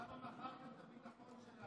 אז למה מכרתם את הביטחון שלנו?